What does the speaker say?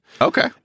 Okay